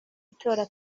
itora